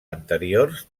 anteriors